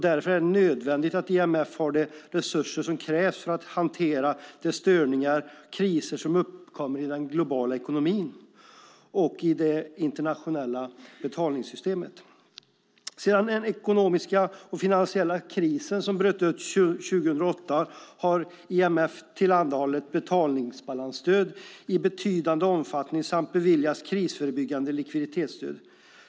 Därför är det nödvändigt att IMF har de resurser som krävs för att hantera de störningar och kriser som uppkommer i den globala ekonomin och i det internationella betalningssystemet. Sedan den ekonomiska och finansiella krisen bröt ut 2008 har IMF tillhandahållit betalningsbalansstöd i betydande omfattning samt beviljat krisförebyggande likviditetsstöd.